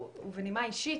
בנימה אישית,